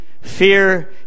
Fear